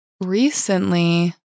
recently